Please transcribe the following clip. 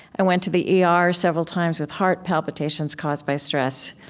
i went to the yeah ah er several times with heart palpitations caused by stress.